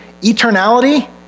eternality